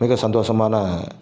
மிக சந்தோஷமான